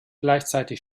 gleichzeitig